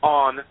on